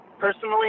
personally